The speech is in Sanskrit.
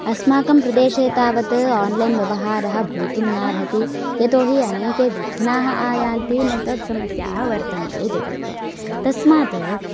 अस्माकं प्रदेशे तावत् आन्लैन् व्यवहारः भवितुम् नार्हति यतोहि अनेके विघ्नाः आयान्ति नेट्वर्क् समस्याः वर्तन्ते इति कृत्वा तस्मात्